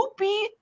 Whoopi